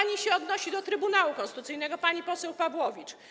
Pani się odnosi do Trybunału Konstytucyjnego, pani poseł Pawłowicz.